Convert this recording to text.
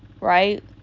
right